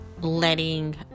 letting